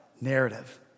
narrative